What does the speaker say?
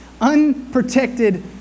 unprotected